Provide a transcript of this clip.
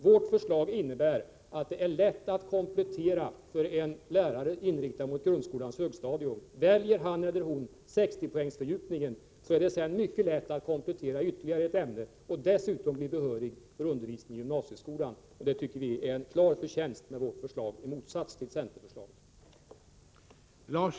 Vårt förslag innebär att det är lätt att komplettera för en lärare som är inriktad mot grundskolans högstadium. Väljer han eller hon fördjupningen med 60 poäng, är det sedan mycket lätt att komplettera ytterligare ett ämne och dessutom bli behörig för undervisning i gymnasieskolan. Det är en klar förtjänst med vårt förslag i motsats till centerförslaget.